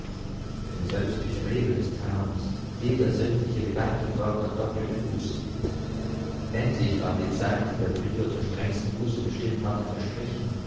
denn selbst die frevel des traums jeder sündliche gedanke fordert doppelte buße endlich war die zeit die der prior zur strengsten buße bestimmt hatte verstrichen